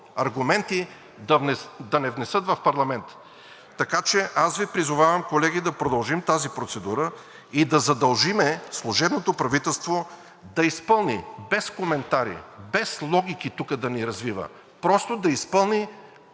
аргументи да внесат в парламента? Аз Ви призовавам, колеги, да продължим тази процедура и да задължим служебното правителство да изпълни без коментари и без логики тук да ни развива, просто да изпълни